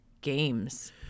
Games